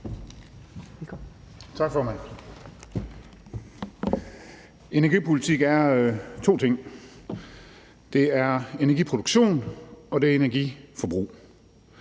Tak, formand. Energipolitik er to ting: Det er energiproduktion, og det er energiforbrug.